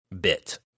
bit